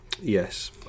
Yes